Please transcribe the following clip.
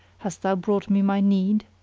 hast thou brought me my need?